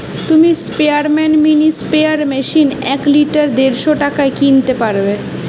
তুমি স্পেয়ারম্যান mini sprayer machine এক লিটার দেড়শ টাকায় কিনতে পারবে